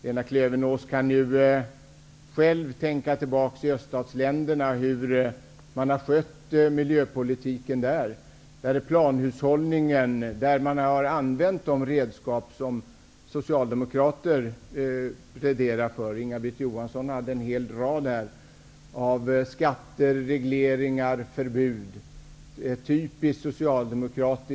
Lena Klevenås kan själv tänka tillbaka på hur man har skött miljöpolitiken i öststaterna, där man har använd de redskap som Johansson tog upp en hel rad skatter, regleringar och förbud.